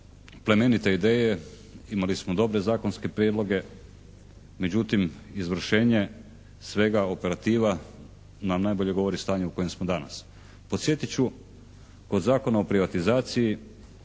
plemenite ideje, imali smo dobre zakonske prijedloge. Međutim izvršenje svega operativa nam najbolje govori stanje u kojem smo danas. Podsjetit ću kod Zakona o privatizaciji